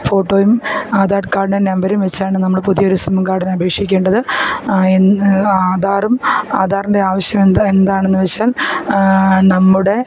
ഫോട്ടോയും ആധാർ കാഡിൻ്റെ നമ്പറും വെച്ചാണ് നമ്മൾ പുതിയൊരു സിം കാഡിനപേക്ഷിക്കേണ്ടത് ആധാറും ആധാറിൻ്റെ ആവശ്യമെന്താണ് എന്താണെന്നു വെച്ചാൽ നമ്മുടെ